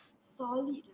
Solid